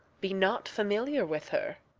be not familiar with her.